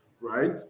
right